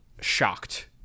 shocked